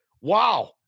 Wow